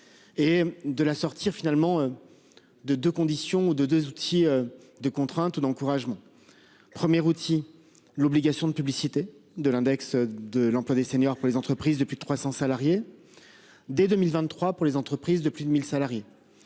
Et de la sortir finalement. De, de conditions de 2 outils de contrainte ou d'encouragement. Premier routiers l'obligation de publicité de l'index de l'emploi des seniors, pour les entreprises de plus de 300 salariés. Dès 2023 pour les entreprises de plus de 1000 salariés.